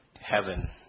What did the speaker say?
heaven